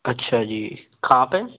अच्छा जी कहाँ पे